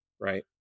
Right